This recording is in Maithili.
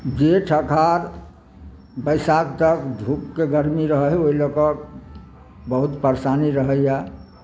जेठ अखाढ़ बैसाख तक धूपके गर्मी रहय हय ओइ लऽ कऽ बहुत परशानी रहैयऽ